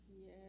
Yes